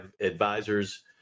advisors